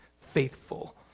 faithful